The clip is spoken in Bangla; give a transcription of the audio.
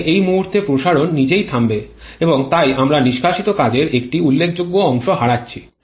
এখানে এই মুহুর্তে প্রসারণ নিজেই থামবে এবং তাই আমরা নিষ্কাশিত কাজের একটি উল্লেখযোগ্য অংশ হারাচ্ছি